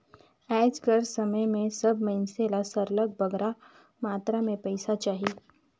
आएज कर समे में सब मइनसे ल सरलग बगरा मातरा में पइसा चाही